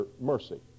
Mercy